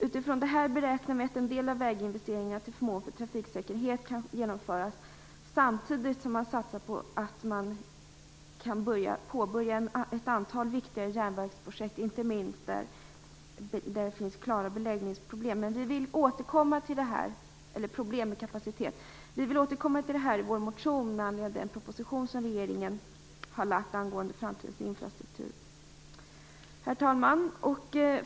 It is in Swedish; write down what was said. Utifrån detta beräknar vi att en del väginvesteringar till förmån för trafiksäkerhet kan genomföras samtidigt som man satsat på att påbörja ett antal viktigare järnvägsprojekt, inte minst där det finns klara beläggningsproblem och problem med kapaciteten. Vi vill dock återkomma till det här i vår motion med anledning av den proposition som regeringen har lagt fram angående framtidens infrastruktur. Herr talman!